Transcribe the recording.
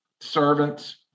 servants